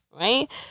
right